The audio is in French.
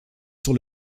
sur